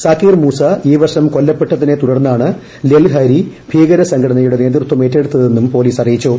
സാകിർ മൂസ ഈ വർഷം കൊല്ലപ്പെട്ടതിനെ തുടർന്നാണ് ലെൽഹാരി ഭീകരസംഘടനയുടെ നേതൃത്വം ഏറ്റെടുത്തതെന്നും പൊലീസ്റ്റ്അറിയിച്ചു